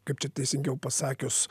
kaip čia teisingiau pasakius